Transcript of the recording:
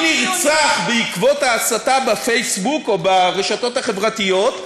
נרצח בעקבות ההסתה בפייסבוק או ברשתות החברתיות,